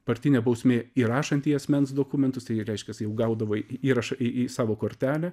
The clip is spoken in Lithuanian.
partinė bausmė įrašant į asmens dokumentus tai reiškias jeigu gaudavai įrašą į į savo kortelę